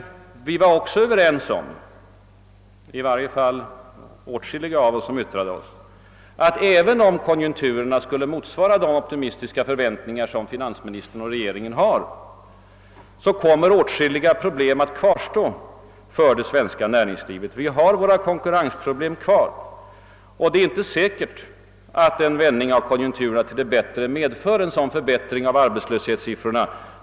Vi var också överens om — i varje fall flertalet — att även om konjunkturerna skulle motsvara de optimistiska förväntningarna hos regeringen, kommer åtskilliga problem att kvarstå för det svenska näringslivet. Det är alltså inte alls säkert, att en vändning av konjunkturerna till det bättre omedelbart medför en förbättring av arbetslöshetssiffrorna.